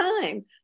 time